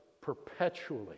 perpetually